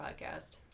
podcast